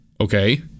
Okay